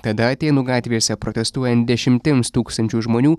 tada atėnų gatvėse protestuojan dešimtims tūkstančių žmonių